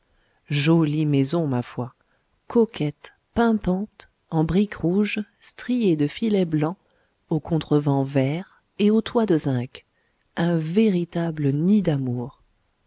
jolie maison ma foi coquette pimpante en briques rouges striées de filets blancs aux contrevents verts et au toit de zinc un véritable nid d'amour